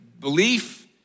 belief